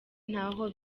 ntaho